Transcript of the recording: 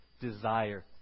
desire